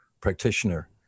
practitioner